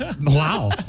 Wow